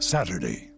Saturday